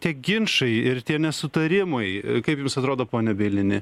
tie ginčai ir tie nesutarimai kaip jums atrodo pone bielini